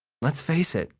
let's face it,